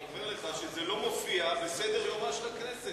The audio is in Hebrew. אני רק אומר לך שהאי-אמון של קדימה לא מופיע בסדר-יומה של הכנסת.